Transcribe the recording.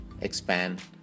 expand